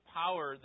power